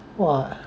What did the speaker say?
!wah!